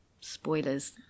Spoilers